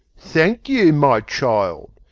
thank you, my child.